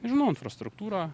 nežinau infrastruktūra